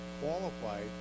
qualified